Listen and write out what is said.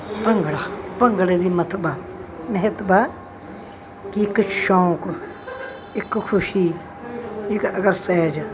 ਭੰਗੜਾ ਭੰਗੜੇ ਦੀ ਮੱਥਬਾ ਮਹਤਬਾ ਕੀ ਇਕ ਸ਼ੌਂਕ ਇੱਕ ਖੁਸ਼ੀ ਇੱਕ